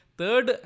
third